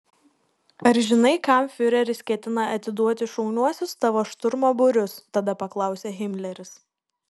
ar žinai kam fiureris ketina atiduoti šauniuosius tavo šturmo būrius tada paklausė himleris